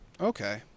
okay